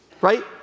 right